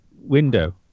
window